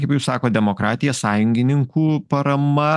kaip jūs sakot demokratija sąjungininkų parama